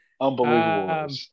Unbelievable